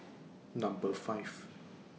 Number five